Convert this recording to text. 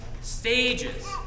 stages